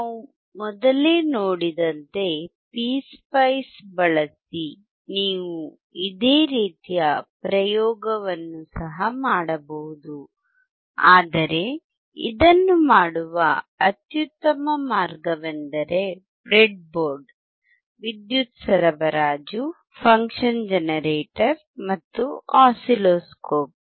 ನಾವು ಮೊದಲೇ ನೋಡಿದಂತೆ ಪಿಸ್ಪೈಸ್ಬಳಸಿ ನೀವು ಇದೇ ರೀತಿಯ ಪ್ರಯೋಗವನ್ನು ಸಹ ಮಾಡಬಹುದು ಆದರೆ ಇದನ್ನು ಮಾಡುವ ಅತ್ಯುತ್ತಮ ಮಾರ್ಗವೆಂದರೆ ಬ್ರೆಡ್ಬೋರ್ಡ್ ವಿದ್ಯುತ್ ಸರಬರಾಜು ಫನ್ಕ್ಷನ್ ಜನರೇಟರ್ ಮತ್ತು ಆಸಿಲ್ಲೋಸ್ಕೋಪ್